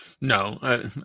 No